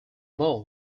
more